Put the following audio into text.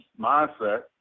mindset